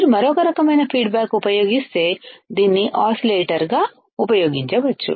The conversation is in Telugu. మీరు మరొక రకమైన ఫీడ్ బ్యాక్ ఉపయోగిస్తే దీన్ని ఆసిలేటర్గా ఉపయోగించవచ్చు